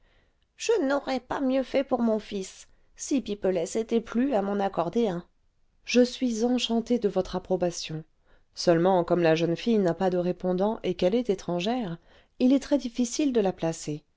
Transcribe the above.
je n'aurais pas mieux fait pour mon fils si pipelet s'était plu à m'en accorder un je suis enchanté de votre approbation seulement comme la jeune fille n'a pas de répondants et qu'elle est étrangère il est très-difficile de la placer